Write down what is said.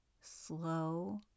slow